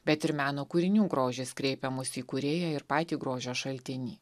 bet ir meno kūrinių grožis kreipia mus į kūrėją ir patį grožio šaltinį